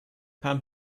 palm